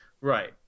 right